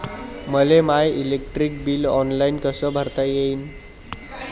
मले my electric bill online कस भरता येईन?